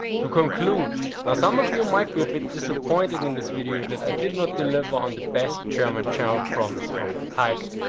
to conclude, now some of you might be a bit disappointed in this video that i did not deliver on the best german general promise from the title.